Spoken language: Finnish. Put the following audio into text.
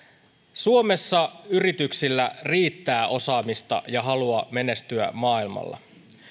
suomessa yrityksillä riittää osaamista ja halua menestyä maailmalla